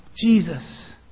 Jesus